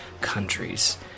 countries